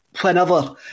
whenever